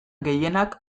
gehienak